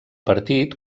partit